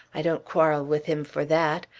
i don't quarrel with him for that.